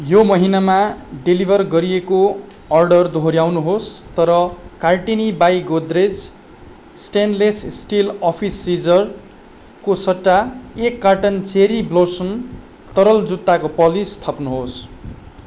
यो महिनामा डेलिभर गरिएको अर्डर दोहोऱ्याउनुहोस् तर Cartini by Godrej stainless steel office सिजरको सट्टा एक कार्टन चेरी ब्लोसम तरल जुत्ताको पालिस थप्नुहोस्